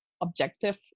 objective